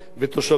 לצערי הרב,